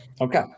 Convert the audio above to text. Okay